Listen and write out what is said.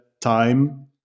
time